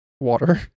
Water